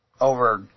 over